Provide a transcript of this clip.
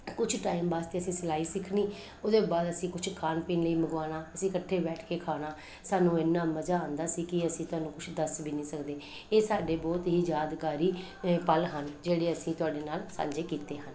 ਕੁਛ ਟਾਈਮ ਵਾਸਤੇ ਅਸੀਂ ਸਿਲਾਈ ਸਿੱਖਣੀ ਉਹਦੇ ਬਾਅਦ ਅਸੀਂ ਕੁਛ ਖਾਣ ਪੀਣ ਲਈ ਮੰਗਵਾਉਣਾ ਅਸੀਂ ਇਕੱਠੇ ਬੈਠ ਕੇ ਖਾਣਾ ਸਾਨੂੰ ਇੰਨਾ ਮਜਾ ਆਉਂਦਾ ਸੀ ਕਿ ਅਸੀਂ ਤੁਹਾਨੂੰ ਕੁਛ ਦੱਸ ਵੀ ਨਹੀਂ ਸਕਦੇ ਇਹ ਸਾਡੇ ਬਹੁਤ ਹੀ ਯਾਦਗਾਰੀ ਪਲ ਹਨ ਜਿਹੜੇ ਅਸੀਂ ਤੁਹਾਡੇ ਨਾਲ ਸਾਂਝੇ ਕੀਤੇ ਹਨ